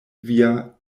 via